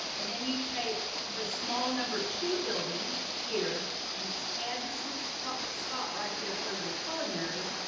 and then you take your small number two building here and just add this little spot spot right there for your culinary,